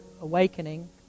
Awakening